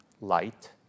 light